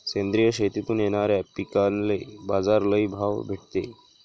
सेंद्रिय शेतीतून येनाऱ्या पिकांले बाजार लई भाव भेटते